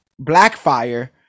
Blackfire